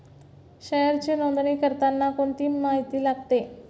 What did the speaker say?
शेअरची नोंदणी करताना कोणती माहिती लागते?